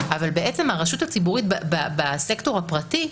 אבל הרשות הציבורית בסקטור הפרטי,